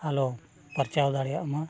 ᱟᱞᱚ ᱯᱟᱨᱪᱟᱣ ᱫᱟᱲᱮᱭᱟᱜ ᱢᱟ